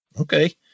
Okay